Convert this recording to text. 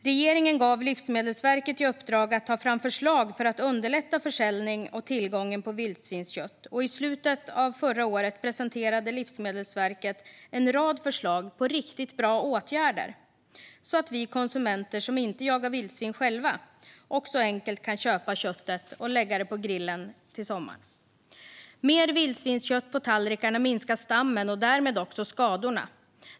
Regeringen gav Livsmedelsverket i uppdrag att ta fram förslag för att underlätta försäljning och tillgång på vildsvinskött, och i slutet av förra året presenterade Livsmedelsverket en rad förslag på riktigt bra åtgärder så att vi konsumenter som inte jagar vildsvin själva också enkelt kan köpa köttet och lägga det på grillen i sommar. Mer vildsvinskött på tallrikarna minskar stammen och därmed också skadorna.